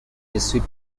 jesuit